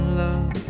love